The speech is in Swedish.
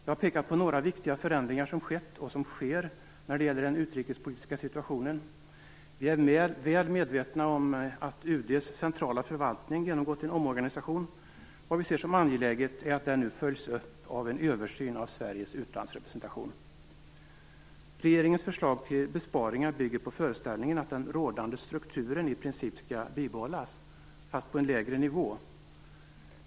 Jag har pekat på några viktiga förändringar som skett och som sker när det gäller den utrikespolitiska situationen. Vi är väl medvetna om att UD:s centrala förvaltning genomgått en omorganisation. Vi ser det som angeläget att den nu följs upp av en översyn av Sveriges utlandsrepresentation. Regeringens förslag till besparingar bygger på föreställningen att den rådande strukturen i princip skall behållas, fast på en lägre nivå.